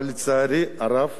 אבל, לצערי הרב,